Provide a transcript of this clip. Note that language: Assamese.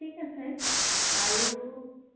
ঠিক আছে আৰু